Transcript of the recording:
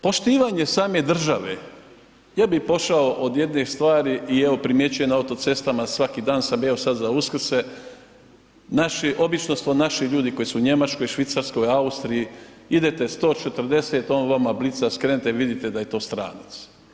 Poštivanje same države, ja bih pošao od jedne stvari i evo primjećujem na autocestama svaki dan sam evo sad za Uskrs, naši, obično naši ljudi koji su u Njemačkoj, Švicarskoj, Austriji, idete 140, on vama blica, skrenete vidite da je to stranac.